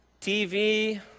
TV